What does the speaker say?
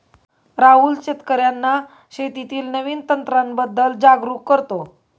राहुल शेतकर्यांना शेतीतील नवीन तंत्रांबद्दल जागरूक करतो